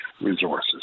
resources